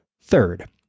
Third